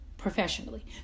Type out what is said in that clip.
Professionally